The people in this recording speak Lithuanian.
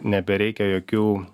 nebereikia jokių